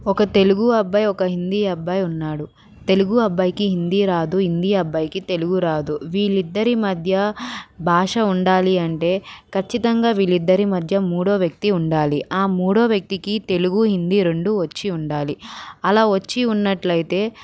ఒక తెలుగు అబ్బాయి ఒక హిందీ అబ్బాయి ఉన్నాడు తెలుగు అబ్బాయికి హిందీ రాదు హిందీ అబ్బాయికి తెలుగు రాదు వీళ్లు ఇద్దరి మధ్య భాష ఉండాలి అంటే ఖచ్చితంగా వీళ్లు ఇద్దరి మధ్య మూడవ వ్యక్తి ఉండాలి ఆ మూడవ వ్యక్తికి తెలుగు హిందీ రెండు వచ్చి ఉండాలి అలా వచ్చి ఉన్నట్లయితే